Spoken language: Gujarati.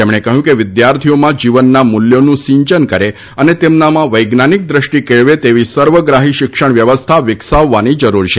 તેમણે કહ્યું કે વિદ્યાર્થીઓમાં જીવનના મૂલ્યોનું સિંચન કરે તથા તેમનામાં વૈજ્ઞાનિક દ્રષ્ટિ કેળવે તેવી સર્વગ્રાહી શિક્ષણ વ્યવસ્થા વિકસાવવાની જરૂર છે